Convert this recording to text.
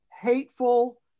hateful